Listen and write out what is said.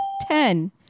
Ten